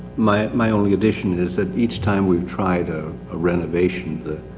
my, my only addition is that each time we've tried a ah renovation the.